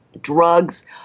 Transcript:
drugs